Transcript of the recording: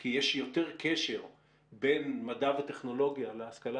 כי יש שיותר קשר בין מדע וטכנולוגיה להשכלה